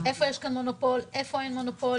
איפה יש מונופול, איפה אין מונופול.